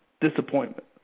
disappointment